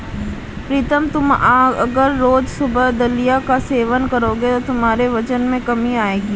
प्रीतम तुम अगर रोज सुबह दलिया का सेवन करोगे तो तुम्हारे वजन में कमी आएगी